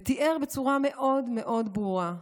ותיאר בצורה מאוד מאוד ברורה,